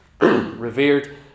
revered